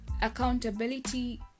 accountability